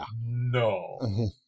No